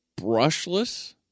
brushless